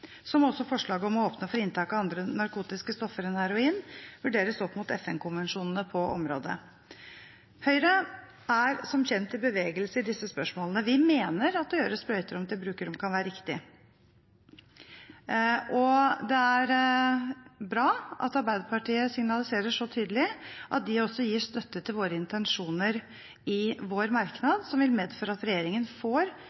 også forslaget om å åpne for inntak av andre narkotiske stoffer enn heroin vurderes opp mot FN-konvensjonene på området. Høyre er som kjent i bevegelse i disse spørsmålene. Vi mener at å gjøre sprøyterom til brukerrom kan være riktig. Det er bra at Arbeiderpartiet signaliserer så tydelig at de også gir støtte til intensjonene i vår